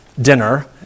dinner